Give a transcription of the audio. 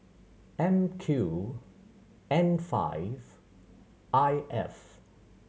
M Q N five I F